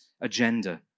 agenda